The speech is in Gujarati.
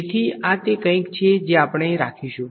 તેથીઆ તે કંઈક છે જે આપણે રાખીશું